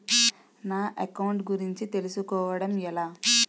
నా అకౌంట్ గురించి తెలుసు కోవడం ఎలా?